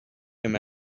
him